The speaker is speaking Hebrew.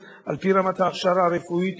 אני מבין שהוא יעלה וגם יגיד את דבריו בעניין הזה,